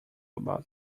about